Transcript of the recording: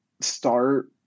start